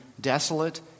desolate